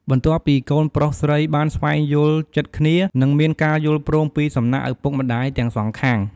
បន្ទាប់ពីកូនប្រុសស្រីបានស្វែងយល់ចិត្តគ្នា និងមានការយល់ព្រមពីសំណាក់ឪពុកម្តាយទាំងសងខាង។